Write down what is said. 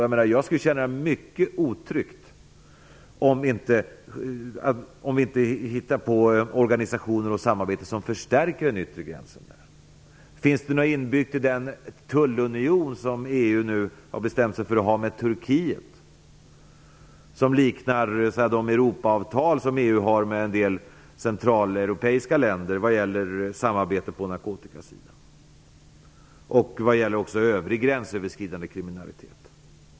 Jag tycker att det skulle kännas mycket otryggt om vi inte hittade en organisation och ett samarbete som förstärkte den yttre gränsen. Finns det något inbyggt i den tullunion som EU nu har bestämt sig för att ha med Turkiet, något som liknar de Europaavtal som EU har med en del centraleuropeiska länder vad gäller samarbete på narkotikasidan och även vad gäller övrig gränsöverskridande kriminalitet?